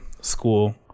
school